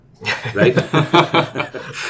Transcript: right